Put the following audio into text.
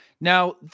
Now